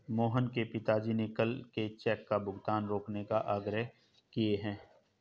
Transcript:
मोहन के पिताजी ने कल के चेक का भुगतान रोकने का आग्रह किए हैं